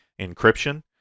encryption